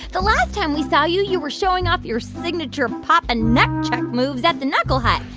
the last time we saw you, you were showing off your signature popping knuckchuck moves at the knuckle hut.